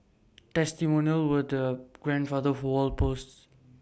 testimonials were the grandfather of wall posts